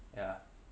ya